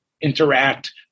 interact